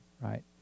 right